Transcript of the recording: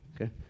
Okay